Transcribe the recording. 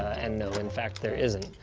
and no, in fact, there isn't.